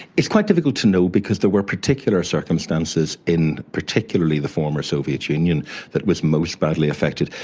it's quite difficult to know because there were particular circumstances in particularly the former soviet union that was most badly affected,